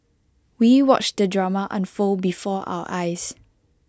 we watched the drama unfold before our eyes